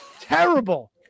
Terrible